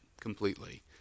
completely